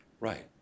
right